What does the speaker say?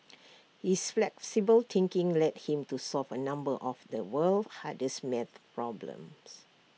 his flexible thinking led him to solve A number of the world's hardest maths problems